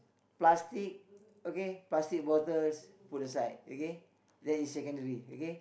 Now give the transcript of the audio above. plastic okay plastic bottles put a side okay that is secondary okay